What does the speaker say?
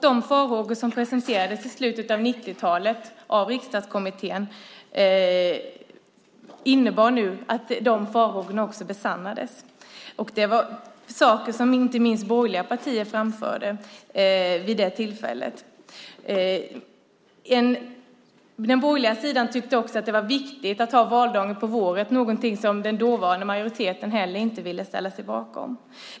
De farhågor som presenterades i slutet av 90-talet av Riksdagskommittén besannades nu också. Det var saker som inte minst borgerliga partier framförde vid det tillfället. Den borgerliga sidan tyckte också att det var viktigt att ha valdagen på våren, något som den dåvarande majoriteten inte heller ville ställa sig bakom.